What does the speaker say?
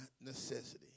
necessity